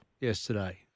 yesterday